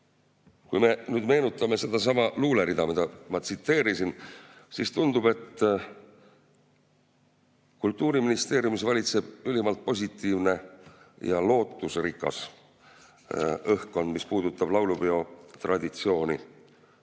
Kui me meenutame sedasama luulerida, mida ma tsiteerisin, siis tundub, et Kultuuriministeeriumis valitseb ülimalt positiivne ja lootusrikas õhkkond, mis puudutab laulupeotraditsiooni.